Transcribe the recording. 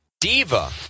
diva